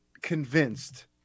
convinced